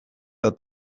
bat